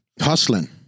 hustling